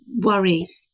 worry